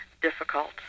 difficult